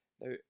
Now